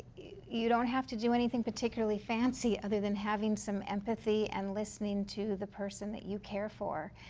you don't have to do anything particularly fancy other than having some empathy and listening to the person that you care for.